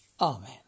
Amen